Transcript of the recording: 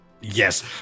Yes